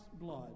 blood